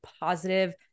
positive